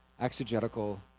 exegetical